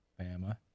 Bama